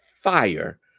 fire